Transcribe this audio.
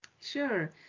Sure